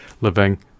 living